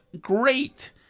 great